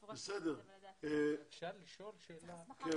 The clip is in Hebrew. אפשר לשאול שאלה את